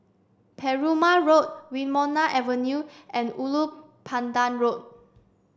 Perumal Road Wilmonar Avenue and Ulu Pandan Road